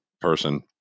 person